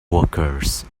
workers